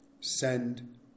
Send